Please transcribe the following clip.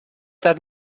that